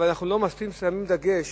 אבל אנחנו לא מספיק שמים דגש